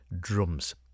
drums